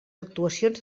actuacions